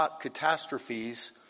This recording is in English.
catastrophes